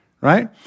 Right